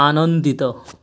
ଆନନ୍ଦିତ